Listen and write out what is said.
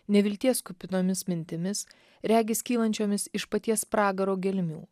nevilties kupinomis mintimis regis kylančiomis iš paties pragaro gelmių